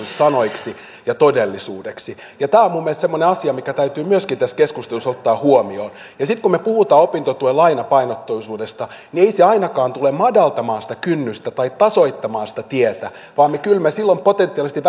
sanoiksi ja todellisuudeksi ja tämä on minun mielestäni semmoinen asia mikä täytyy myöskin tässä keskustelussa ottaa huomioon ja sitten kun me puhumme opintotuen lainapainotteisuudesta niin ei se ainakaan tule madaltamaan sitä kynnystä tai tasoittamaan sitä tietä vaan kyllä me silloin potentiaalisesti